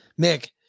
Mick